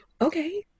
Okay